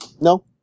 No